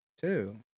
two